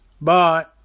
Bye